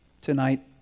tonight